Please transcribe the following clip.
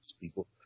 people